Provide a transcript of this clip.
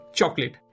Chocolate